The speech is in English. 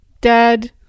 dad